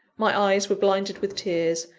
my eyes were blinded with tears,